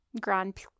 grand